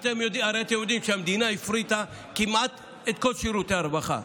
הרי אתם יודעים שהמדינה הפריטה כמעט את כל שירותי הרווחה.